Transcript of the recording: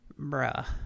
bruh